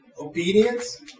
Obedience